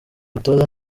mutoza